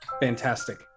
fantastic